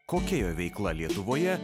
kokia jo veikla lietuvoje